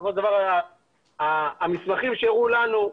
בסופו של דבר המסמכים שהראו לנו,